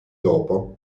dopo